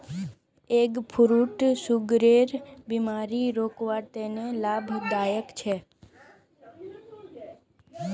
egg fruit सुगरेर बिमारीक रोकवार तने लाभदायक छे